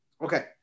Okay